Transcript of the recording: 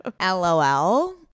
LOL